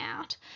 out